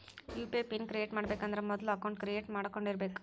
UPI PIN create ಮಾಡಬೇಕಂದ್ರ ಮೊದ್ಲ account create ಮಾಡ್ಕೊಂಡಿರಬೆಕ್